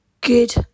good